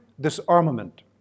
disarmament